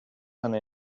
done